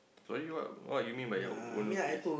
sorry what what do you mean by your own face